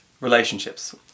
relationships